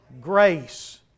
Grace